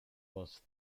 was